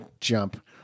jump